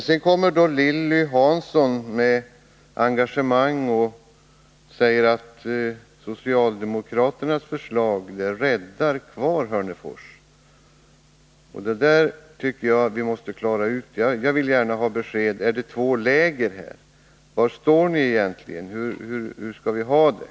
Sedan kom då Lilly Hansson med ett engagerat uttalande att socialdemokraternas förslag räddar Hörnefors. Det här tycker jag att vi måste klara ut. Jag vill gärna ha besked om huruvida det finns två läger. Var står ni egentligen, hur skall vi ha det?